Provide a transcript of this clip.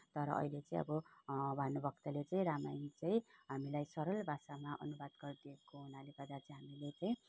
तर अहिले चाहिँ अब भानुभक्तले चाहिँ रामायण चाहिँ हामीलाई सरल भाषामा अनुवाद गरिदिएको हुनाले गर्दा चाहिँ हामीले चाहिँ